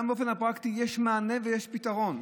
גם באופן הפרקטי יש מענה ויש פתרון.